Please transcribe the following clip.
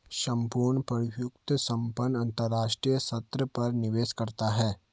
सम्पूर्ण प्रभुत्व संपन्न अंतरराष्ट्रीय स्तर पर निवेश करता है